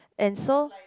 and so